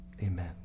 amen